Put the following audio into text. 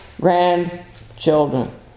grandchildren